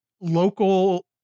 local